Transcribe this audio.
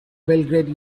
belgrade